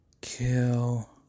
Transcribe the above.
Kill